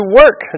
work